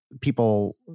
people